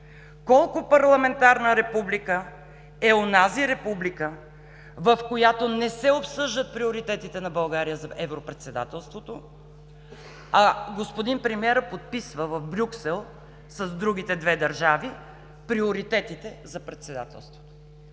колко парламентарна република е онази република, в която не се обсъждат приоритетите на България за европредседателството, а господин премиерът подписва в Брюксел с другите две държави приоритетите за председателството?